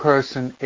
person